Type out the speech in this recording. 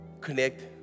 connect